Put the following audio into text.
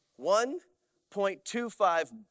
$1.25